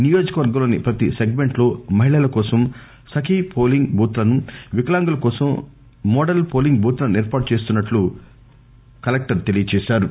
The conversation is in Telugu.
నియోజకవర్గంలోని పతి సెగ్మంట్లో మహిళల కోసం సఖి పోలింగ్ బూత్లను వికలాంగుల కో సం మోడల్ పోలింగ్ బూతులను ఏర్పాటు చేస్తున్నట్ల కలెక్టర్ తెలిపారు